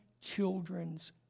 children's